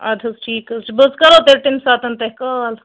اَدٕ حظ ٹھیٖک حظ چھُ بہٕ حظ کرو تیٚلہِ تَمہِ ساتہٕ تۄہہِ کال